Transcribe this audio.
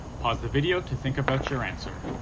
pause the video to think about your answer.